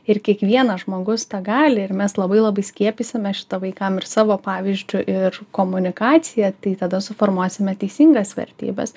ir kiekvienas žmogus tą gali ir mes labai labai skiepysime šitą vaikam ir savo pavyzdžiu ir komunikacija tai tada suformuosime teisingas vertybes